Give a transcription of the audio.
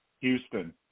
Houston